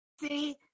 See